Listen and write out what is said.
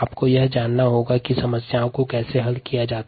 आपको यह जानना होगा कि समस्याओं को कैसे हल किया जाए